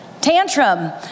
Tantrum